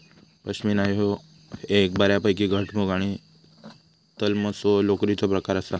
पश्मीना ह्यो एक बऱ्यापैकी घटमुट आणि तलमसो लोकरीचो प्रकार आसा